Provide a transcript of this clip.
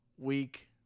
week